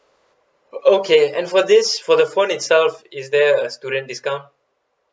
okay and for this for the phone itself is there a student discount